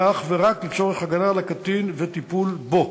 אך ורק לצורך הגנה על הקטין וטיפול בו.